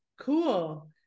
cool